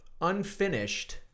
unfinished